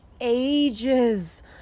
ages